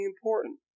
important